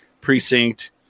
precinct